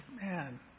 man